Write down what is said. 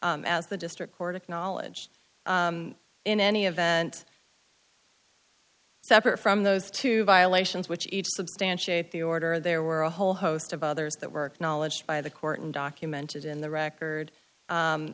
s as the district court acknowledge in any event separate from those two violations which each substantiate the order there were a whole host of others that work knowledge by the court and documented in the record